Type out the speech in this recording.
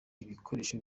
bikoresho